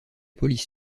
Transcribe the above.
polices